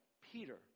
Peter